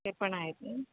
ते पण आहेत ना